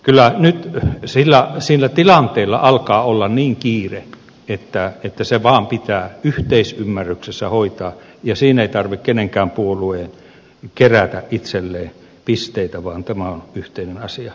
kyllä nyt sillä tilanteella alkaa olla niin kiire että se vaan pitää yhteisymmärryksessä hoitaa ja siinä ei tarvitse kenenkään puolueen kerätä itselleen pisteitä vaan tämä on yhteinen asia